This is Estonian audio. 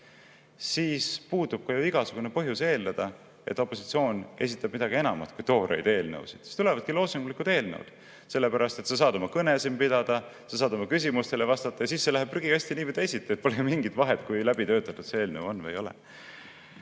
siis puudub ju ka igasugune põhjus eeldada, et opositsioon esitab midagi enamat kui tooreid eelnõusid. Siis tulevadki loosunglikud eelnõud. Sa saad oma kõne siin pidada, sa saad küsimustele vastata, aga siis see läheb prügikasti nii või teisiti, pole ju mingit vahet, kui läbitöötatud see eelnõu on või ei ole.